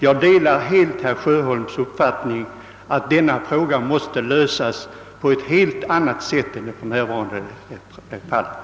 Jag delar helt herr Sjöholms uppfattning att denna fråga måste lösas på ett helt annat sätt än vad som för närvarande är fallet.